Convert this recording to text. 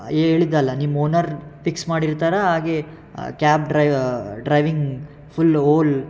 ಹೇಳಿದಲ್ಲ ನಿಮ್ಮ owner fix ಮಾಡಿರ್ತಾರೆ ಹಾಗೆ ಕ್ಯಾಬ್ ಡ್ರೈವರ್ ಡ್ರೈವಿಂಗ್ ಫುಲ್ ಓಲ್